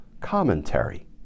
commentary